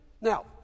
Now